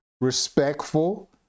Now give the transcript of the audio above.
respectful